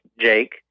Jake